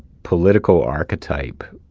political archetype,